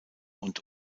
und